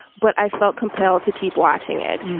but i felt compelled to keep watching it.